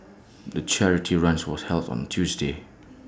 the charity run was held on A Tuesday